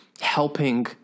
helping